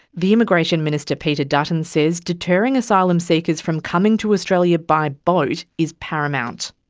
the immigration minister, peter dutton, says deterring asylum seekers from coming to australia by boat is paramount.